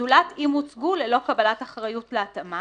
זולת אם הוצגו ללא קבלת אחריות להתאמה,